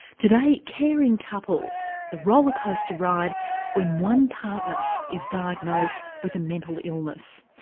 today, caring couples, the rollercoaster ride when one partner is diagnosed with a mental illness.